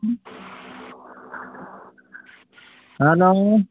hello